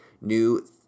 new